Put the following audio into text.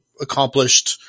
accomplished